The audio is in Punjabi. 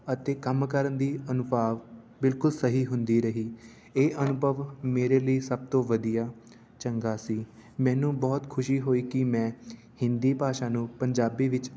ਅਤੇ ਕੰਮ ਕਰਨ ਦੀ ਅਨੁਭਵ ਬਿਲਕੁਲ ਸਹੀ ਹੁੰਦੀ ਰਹੀ ਇਹ ਅਨੁਭਵ ਮੇਰੇ ਲਈ ਸਭ ਤੋਂ ਵਧੀਆ ਚੰਗਾ ਸੀ ਮੈਨੂੰ ਬਹੁਤ ਖੁਸ਼ੀ ਹੋਈ ਕਿ ਮੈਂ ਹਿੰਦੀ ਭਾਸ਼ਾ ਨੂੰ ਪੰਜਾਬੀ ਵਿੱਚ